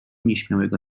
nieśmiałego